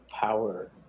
power